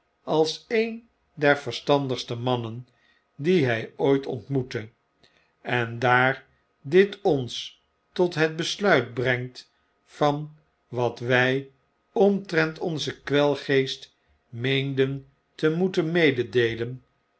als een der verstandigste mannen die hij ooit ontmoette en daar dit ons tot het besluit brengt van wat wij omtrent onzen kwelgeest meenden temoeten mededeelen